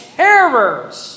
terrors